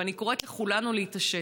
ואני קוראת לכולנו להתעשת.